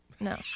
No